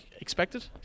expected